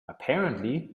apparently